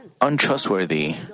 untrustworthy